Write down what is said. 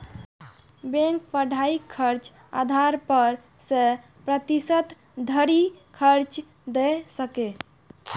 bank पढ़ाइक खर्चक आधार पर सय प्रतिशत धरि कर्ज दए सकैए